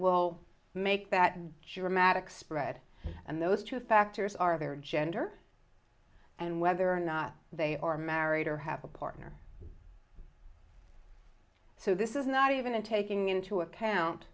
will make that germanic spread and those two factors are their gender and whether or not they are married or have a partner so this is not even taking into account